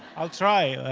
i'll try,